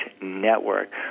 network